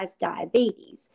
diabetes